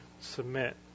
submit